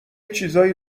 چیزایی